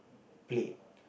plate